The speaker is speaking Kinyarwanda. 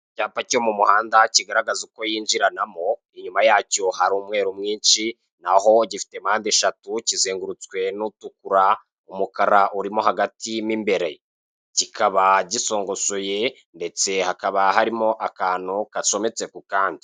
Icyapa cyo mu muhanda kigaragaza uko yinjiranamo inyuma yacyo hari umweru mwinshi naho gifite mande eshatu, kizengurutswe n'utukura umukara urimo hagati mo imbere, kikaba gisongososye ndetse hakaba barimo akantu gacometse ku kandi